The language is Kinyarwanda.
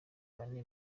bane